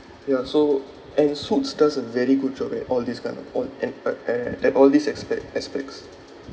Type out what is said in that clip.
ya so and suits does a very good job at all this kind of on and uh a~ at all these aspect~ aspects